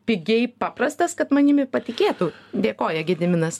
pigiai paprastas kad manimi patikėtų dėkoja gediminas